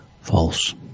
False